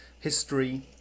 history